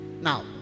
Now